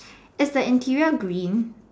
is the interior green